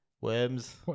worms